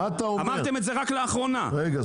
אמרתם את זה רק לאחרונה --- רגע,